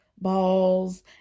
balls